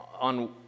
on